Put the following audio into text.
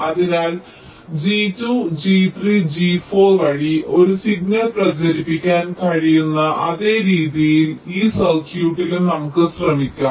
അതിനാൽ G2 G3 G4 വഴി ഒരു സിഗ്നൽ പ്രചരിപ്പിക്കാൻ കഴിയുന്ന അതേ രീതിയിൽ ഈ സർക്യൂട്ടിലും നമുക്ക് ശ്രമിക്കാം